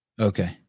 Okay